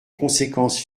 conséquences